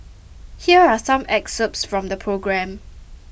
here are some excerpts from the programme